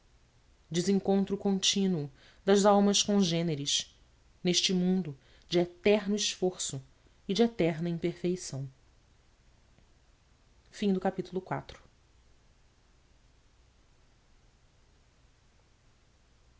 desencontro contínuo das almas congêneres neste inundo de eterno esforço e de eterna imperfeição